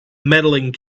medaling